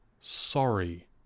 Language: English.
sorry